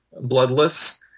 bloodless